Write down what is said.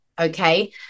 okay